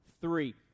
three